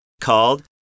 called